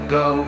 go